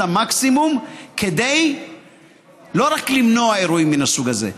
המקסימום כדי לא רק למנוע אירועים מן הסוג הזה,